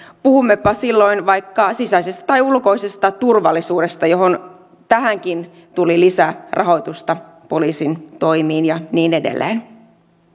puhummepa silloin vaikka sisäisestä tai ulkoisesta turvallisuudesta johon tähänkin tuli lisärahoitusta poliisin toimiin ja niin edelleen